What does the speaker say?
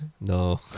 No